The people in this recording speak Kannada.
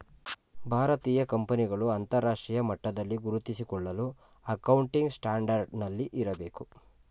ಭಾರತೀಯ ಕಂಪನಿಗಳು ಅಂತರರಾಷ್ಟ್ರೀಯ ಮಟ್ಟದಲ್ಲಿ ಗುರುತಿಸಿಕೊಳ್ಳಲು ಅಕೌಂಟಿಂಗ್ ಸ್ಟ್ಯಾಂಡರ್ಡ್ ನಲ್ಲಿ ಇರಬೇಕು